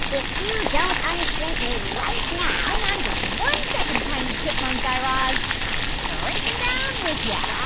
if you don't unshrink me right now. hang on just one second, tiny chipmunk guy raz. i'm shrinking down with yeah